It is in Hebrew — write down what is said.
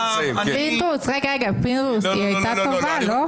פינדרוס, רגע, פינדרוס, היא הייתה טובה, לא?